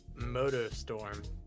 Motostorm